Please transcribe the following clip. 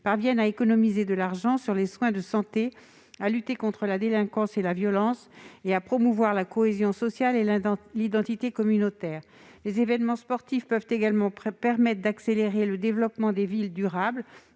parviennent à économiser de l'argent sur les soins de santé, à lutter contre la délinquance et la violence, et à promouvoir la cohésion sociale et l'identité communautaire. Les évènements sportifs peuvent également permettre d'accélérer le développement de villes durables,